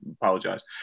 apologize